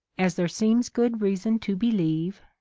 as there seems good reason to believe,